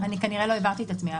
סליחה, כנראה לא הבהרתי את עצמי.